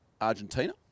Argentina